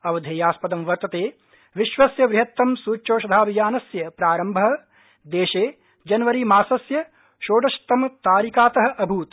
अवधेयास्पदं वर्तते विश्वस्य वृहत्तम सूच्यौषधाभियानस्य प्रारम्भ देशे जनवरीमासस्य षोडशतम तारिकात अभूत्